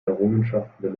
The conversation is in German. errungenschaften